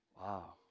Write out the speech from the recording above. Wow